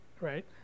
right